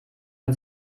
man